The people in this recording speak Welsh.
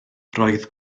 roedd